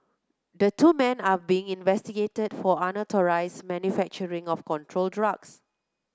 the two men are being investigated for unauthorised manufacturing of controlled drugs